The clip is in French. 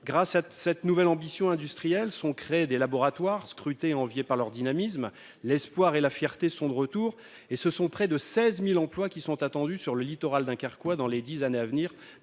Grâce à cette nouvelle ambition industrielle, des laboratoires sont créés, scrutés et enviés pour leur dynamisme. L'espoir et la fierté sont de retour. Ce sont près de 16 000 emplois qui sont attendus sur le littoral dunkerquois dans les dix années à venir.